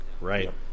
Right